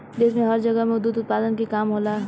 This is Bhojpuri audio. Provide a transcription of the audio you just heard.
देश में हर राज्य में दुध उत्पादन के काम होला